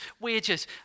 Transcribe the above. wages